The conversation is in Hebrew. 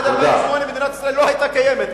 עד 48' מדינת ישראל לא היתה קיימת.